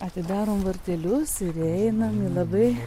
atidarom vartelius ir įeinam į labai